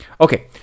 Okay